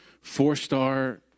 four-star